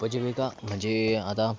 उपजीविका म्हणजे आता